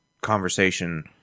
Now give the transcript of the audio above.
conversation